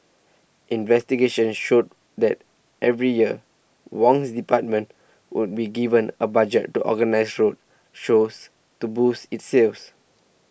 investigation showed that every year Wong's department would be given a budget to organise road shows to boost its sales